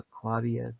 Claudia